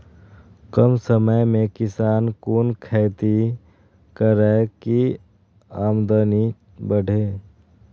कम समय में किसान कुन खैती करै की आमदनी बढ़े?